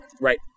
Right